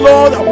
Lord